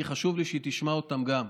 כי חשוב לי שהיא תשמע אותם גם.